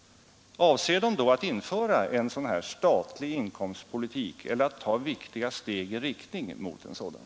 Avser de då att införa en sådan här statlig inkomstpolitik eller att ta viktiga steg i riktning mot en sådan?